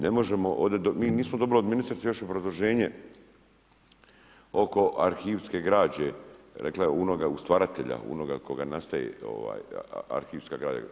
Ne možemo ovdje, mi nismo dobili od ministrice još obrazloženje oko arhivske građe, rekla je onoga stvaratelja, onoga koga nastaje arhivska građa.